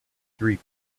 three